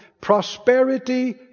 Prosperity